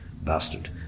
Bastard